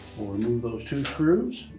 those two screws.